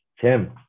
tim